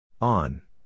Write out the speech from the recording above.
On